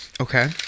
Okay